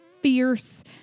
fierce